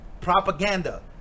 Propaganda